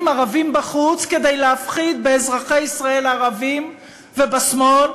ערבים בחוץ כדי להפחיד באזרחי ישראל ערבים ובשמאל,